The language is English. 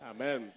Amen